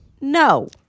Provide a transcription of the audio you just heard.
no